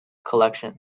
collection